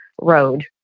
road